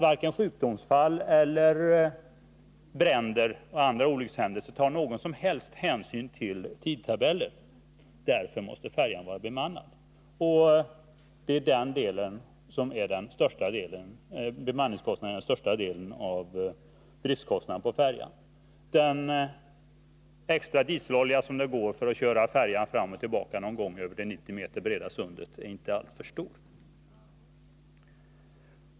Varken sjukdomsfall, bränder eller andra olyckshändelser tar någon som helst hänsyn till tidtabeller. Därför måste färjan vara bemannad. Det är bemanningskostnaderna som är den största delen av driftkostnaderna för färjan. Kostnaden för den extra dieselolja som går åt för att någon gång köra färjan fram och tillbaka över det 90 meter breda sundet är inte alltför stor.